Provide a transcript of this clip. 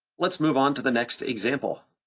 let's move on to the next example.